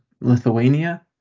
Lithuania